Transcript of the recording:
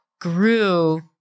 grew